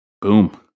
Boom